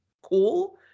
cool